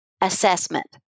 Assessment